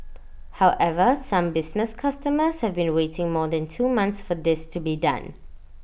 however some business customers have been waiting more than two months for this to be done